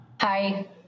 Hi